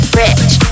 rich